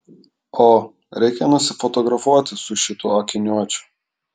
o reikia nusifotografuoti su šituo akiniuočiu